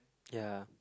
ya